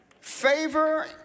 Favor